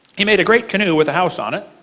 he made a great canoe with a house on it,